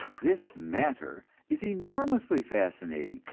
this matter is enormously fascinating,